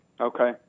Okay